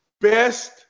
best